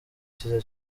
cyiza